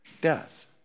death